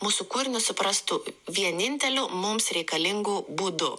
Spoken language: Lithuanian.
mūsų kūrinius suprastų vieninteliu mums reikalingų būdu